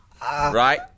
right